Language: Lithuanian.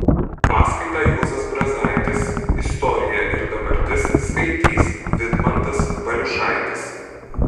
paskaitą juozas brazaitis istorija ir dabartis skaitys vidmantas valiušaitis